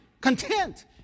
content